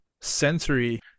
sensory